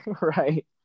Right